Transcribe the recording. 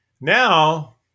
Now